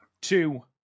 two